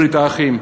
ברית האחים.